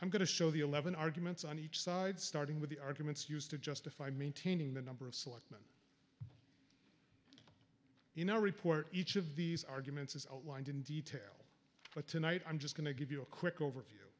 i'm going to show the eleven arguments on each side starting with the arguments used to justify maintaining the number of selectmen in our report each of these arguments is outlined in detail but tonight i'm just going to give you a quick overview